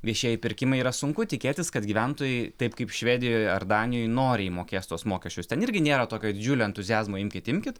viešieji pirkimai yra sunku tikėtis kad gyventojai taip kaip švedijoj ar danijoj noriai mokės tuos mokesčius ten irgi nėra tokio didžiulio entuziazmo imkit imkit